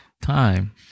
time